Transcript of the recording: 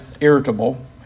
irritable